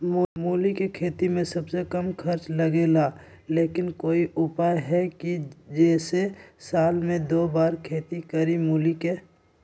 मूली के खेती में सबसे कम खर्च लगेला लेकिन कोई उपाय है कि जेसे साल में दो बार खेती करी मूली के?